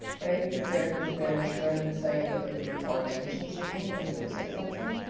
and i think that there has been a trend in saying that the youth are attention seeking when they do say something.